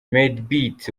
madebeat